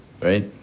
right